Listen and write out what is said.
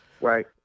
Right